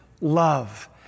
love